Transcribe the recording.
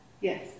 Yes